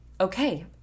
Okay